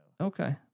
Okay